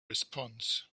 response